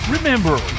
Remember